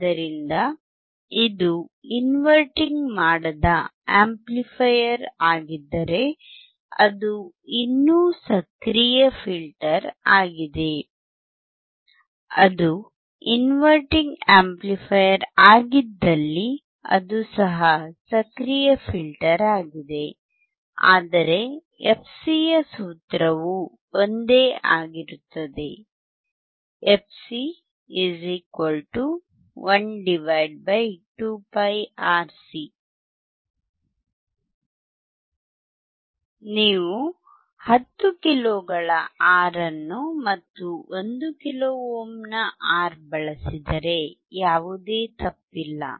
ಆದ್ದರಿಂದ ಇದು ಇನ್ವರ್ಟಿಂಗ್ ಮಾಡದ ಆಂಪ್ಲಿಫೈಯರ್ ಆಗಿದ್ದರೆ ಅದು ಇನ್ನೂ ಸಕ್ರಿಯ ಫಿಲ್ಟರ್ ಆಗಿದೆ ಅದು ಇನ್ವರ್ಟಿಂಗ್ ಆಂಪ್ಲಿಫಯರ್ ಆಗಿದ್ದಲ್ಲಿ ಅದು ಸಹ ಸಕ್ರಿಯ ಫಿಲ್ಟರ್ ಆಗಿದೆ ಆದರೆ fc ಯ ಸೂತ್ರವು ಒಂದೇ ಆಗಿರುತ್ತದೆ fc12πRC ನೀವು 10 ಕಿಲೋಗಳ R ಅನ್ನು ಮತ್ತು 1 ಕಿಲೋ ಓಮ್ನ R ಬಳಸಿದರೆ ಯಾವುದೇ ತಪ್ಪಿಲ್ಲ